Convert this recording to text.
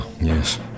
yes